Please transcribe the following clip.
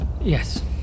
Yes